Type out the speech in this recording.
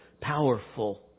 powerful